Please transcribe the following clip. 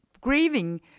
grieving